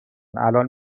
الان